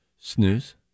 snooze